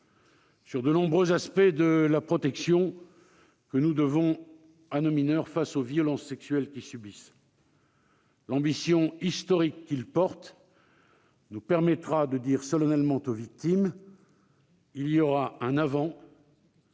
sur de nombreux aspects de la protection que nous devons à nos mineurs face aux violences sexuelles qu'ils subissent. L'ambition historique qu'il porte nous permettra de dire solennellement aux victimes : il y aura un « avant »